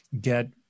get